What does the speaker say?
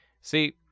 See